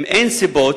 אם אין סיבות,